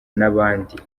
n’abandi